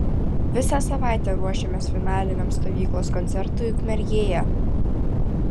visą savaitę ruošėmės finaliniam stovyklos koncertui ukmergėje